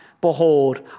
Behold